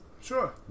Sure